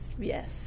yes